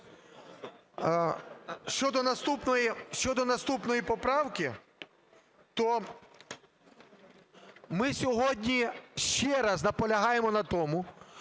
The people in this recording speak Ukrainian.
Щодо наступної поправки, то ми сьогодні ще раз наполягає на тому,